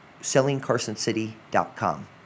sellingcarsoncity.com